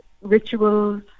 rituals